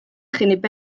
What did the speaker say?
traînaient